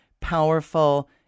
powerful